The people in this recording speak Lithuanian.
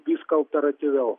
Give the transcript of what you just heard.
viską operatyviau